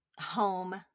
home